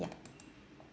yup